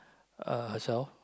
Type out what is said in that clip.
uh herself